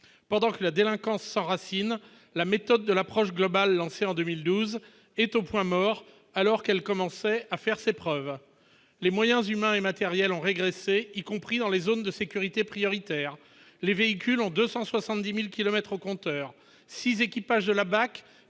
pendant que la délinquance s'enracine la méthode de l'approche globale lancée en 2012 est au point mort alors qu'elle commençait à faire ses preuves, les moyens humains et matériels ont régressé, y compris dans les zones de sécurité prioritaire les véhicules en 270000 kilomètres au compteur 6 équipages de la BAC